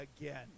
again